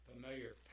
familiar